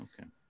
Okay